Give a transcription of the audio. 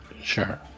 Sure